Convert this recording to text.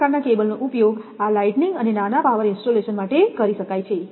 આ પ્રકારના કેબલનો ઉપયોગ આ લાઇટિંગ અને નાના પાવર ઇન્સ્ટોલેશન માટે કરી શકાય છે